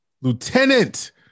lieutenant